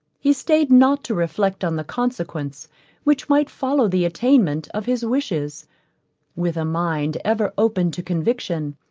he staid not to reflect on the consequence which might follow the attainment of his wishes with a mind ever open to conviction,